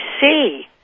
see